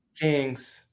Kings